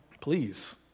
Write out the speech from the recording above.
please